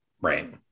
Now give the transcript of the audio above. Right